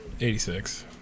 Eighty-six